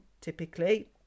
typically